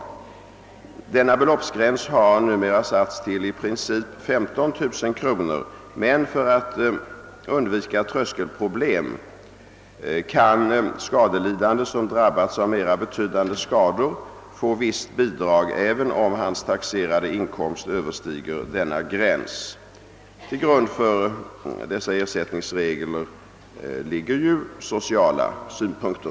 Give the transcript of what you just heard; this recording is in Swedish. Den gränsen har emellertid numera i princip höjts till 15 000 kronor, men för att undvika tröskelproblem kan person som drabbats av mera betydande skador få visst bidrag även om hans taxerade inkomst överstiger nämnda gräns. Till grund för dessa ersättningsregler ligger naturligtvis sociala synpunkter.